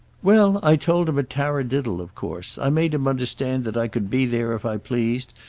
well i told him a tarradiddle of course. i made him understand that i could be there if i pleased,